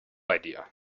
idea